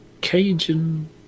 cajun